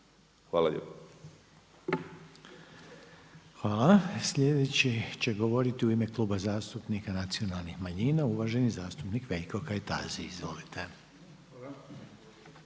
(HDZ)** Hvala. Sljedeći će govoriti u ime Kluba zastupnika nacionalnih manjina uvaženi zastupnik Veljko Kajtazi. Izvolite.